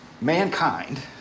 mankind